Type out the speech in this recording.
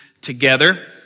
together